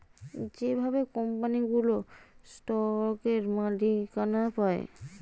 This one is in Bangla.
যেভাবে কোম্পানিগুলো স্টকের মালিকানা পায়